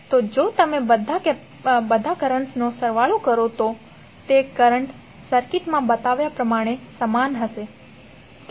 તો જો તમે બધા કરન્ટ્સનો સરવાળો કરો તો તે કરંટ સર્કિટમાં બતાવ્યા પ્રમાણે સમાન હશે